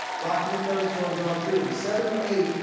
rocking the thunderstorms on through. by seven or eight